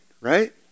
right